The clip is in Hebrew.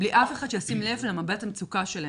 בלי אף אחד שישים לב למבט המצוקה שלהם.